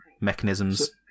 mechanisms